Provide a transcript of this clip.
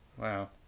Wow